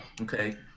Okay